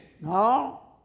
No